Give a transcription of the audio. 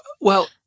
Well-